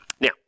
Now